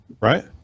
right